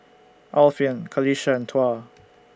Alfian Qalisha and Tuah